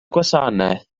gwasanaeth